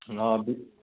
ꯑꯪ